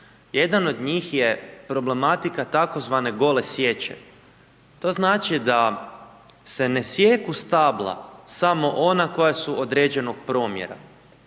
Jedan od njih je problematika tzv. gole sječe. To znači da se ne sijeku stabla samo ona koja su određenog promjera.